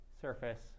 surface